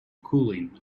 cooling